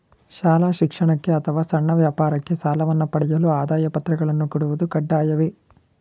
ಶಾಲಾ ಶಿಕ್ಷಣಕ್ಕೆ ಅಥವಾ ಸಣ್ಣ ವ್ಯಾಪಾರಕ್ಕೆ ಸಾಲವನ್ನು ಪಡೆಯಲು ಆದಾಯ ಪತ್ರಗಳನ್ನು ಕೊಡುವುದು ಕಡ್ಡಾಯವೇ?